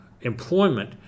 employment